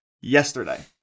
yesterday